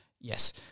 Yes